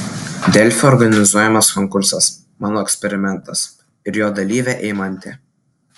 delfi organizuojamas konkursas mano eksperimentas ir jo dalyvė eimantė